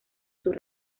sus